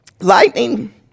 Lightning